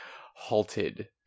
halted